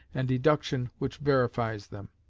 and deduction which verifies them.